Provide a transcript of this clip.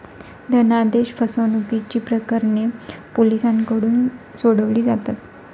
धनादेश फसवणुकीची प्रकरणे पोलिसांकडून सोडवली जातात